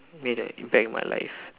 made an impact on my life